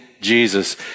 Jesus